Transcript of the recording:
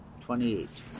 Twenty-eight